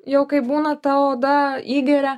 jau kai būna tavo oda įgeria